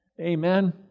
Amen